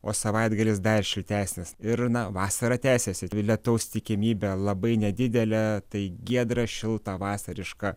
o savaitgalis dar šiltesnis ir na vasara tęsiasi lietaus tikimybė labai nedidelė tai giedra šilta vasariška